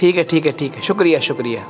ٹھیک ہے ٹھیک ہے ٹھیک ہے شکریہ شکریہ